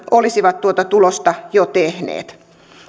olisivat tuota tulosta jo tehneet